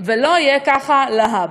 ולא יהיה ככה להבא.